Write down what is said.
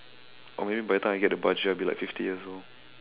or maybe by the time I get the budget I'll be like fifty years old